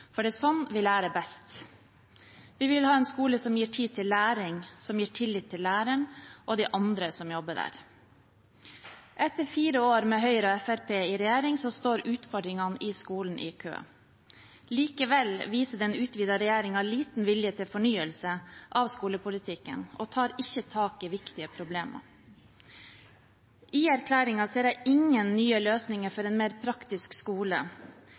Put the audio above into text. for det er sånn vi lærer best. Vi vil ha en skole som gir tid til læring, og som gir tillit til læreren og de andre som jobber der. Etter fire år med Høyre og Fremskrittspartiet i regjering står utfordringene i skolen i kø. Likevel viser den utvidede regjeringen liten vilje til fornyelse av skolepolitikken og tar ikke tak i viktige problemer. I erklæringen ser jeg ingen nye løsninger for en mer praktisk skole,